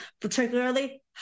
particularly